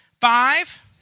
five